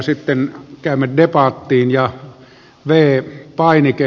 sitten käymme debattiin ja v painike